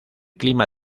clima